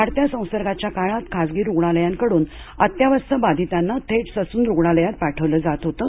वाढत्या संसर्गाच्या काळात खासगी रूग्णालयांकडून अत्यवस्थ बाधितांना थेट ससून रूग्णालयात पाठवलं जात होतं